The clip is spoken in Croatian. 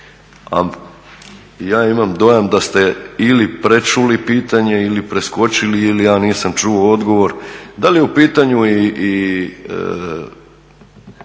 ja imam dojam da ste ili prečuli pitanje ili preskočili ili ja nisam čuo odgovor, da li je u pitanju i